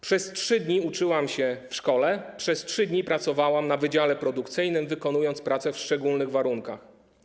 Przez 3 dni uczyłam się w szkole, przez 3 dni pracowałam na wydziale produkcyjnym, wykonując pracę w szczególnych warunkach.